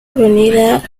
avenida